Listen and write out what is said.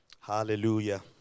hallelujah